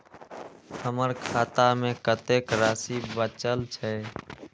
हमर खाता में कतेक राशि बचल छे?